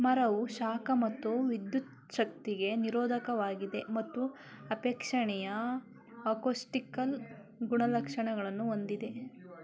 ಮರವು ಶಾಖ ಮತ್ತು ವಿದ್ಯುಚ್ಛಕ್ತಿಗೆ ನಿರೋಧಕವಾಗಿದೆ ಮತ್ತು ಅಪೇಕ್ಷಣೀಯ ಅಕೌಸ್ಟಿಕಲ್ ಗುಣಲಕ್ಷಣಗಳನ್ನು ಹೊಂದಿದೆ